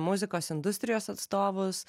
muzikos industrijos atstovus